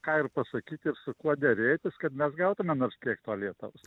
ką ir pasakyti su kuo derėtis kad mes gautumėm nors kiek to lietaus